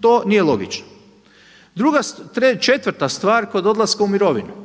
To nije logično. Četvrta stvar, kod odlaska u mirovinu,